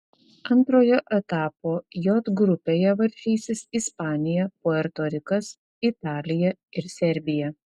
antrojo etapo j grupėje varžysis ispanija puerto rikas italija ir serbija